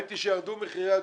ראיתי שירדו מחירי הדיור,